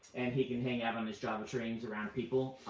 and he can hang out on his java tree and he's around people.